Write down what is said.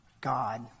God